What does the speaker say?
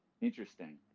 Interesting